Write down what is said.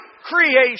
creation